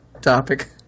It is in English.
topic